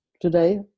today